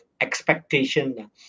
expectation